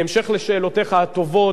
בהמשך לשאלותיך הטובות,